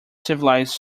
civilized